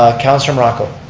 ah councilor morocco.